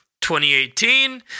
2018